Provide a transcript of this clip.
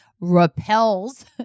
repels